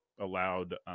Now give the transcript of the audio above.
allowed